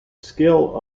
scale